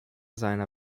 seiner